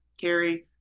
Carrie